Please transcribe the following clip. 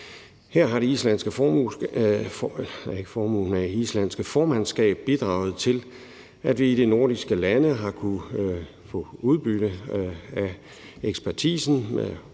Her har det islandske formandskab bidraget til, at vi i de nordiske lande har kunnet få udbytte af ekspertisen og